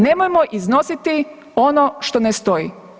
Nemojmo iznositi ono što ne stoji.